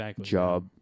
job